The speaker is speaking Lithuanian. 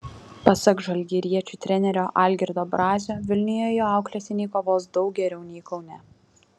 pasak žalgiriečių trenerio algirdo brazio vilniuje jo auklėtiniai kovos daug geriau nei kaune